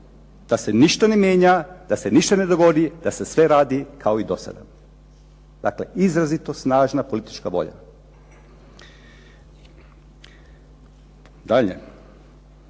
da se ništa ne mijenja, da se ništa ne dogodi, da se sve radi kao i do sada.", dakle izrazito snažna politička volja. Dalje,